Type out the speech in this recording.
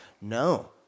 no